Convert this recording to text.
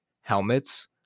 helmets